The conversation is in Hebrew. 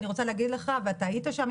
אני רוצה להגיד לך ואתה היית שם,